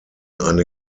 eine